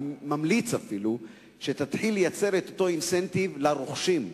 אני ממליץ אפילו שתתחיל לייצר את אותו אינסנטיב לרוכשים,